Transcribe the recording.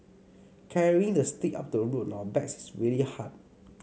carrying the sick up to the road on our backs is really hard